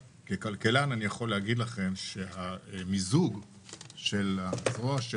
ככלכלן אני יכול להגיד לכם שהמיזוג של הזרוע של